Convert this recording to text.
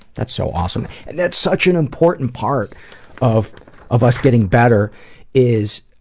that's so awesome. and that's such an important part of of us getting better is,